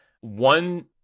One